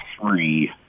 three